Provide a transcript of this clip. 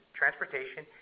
transportation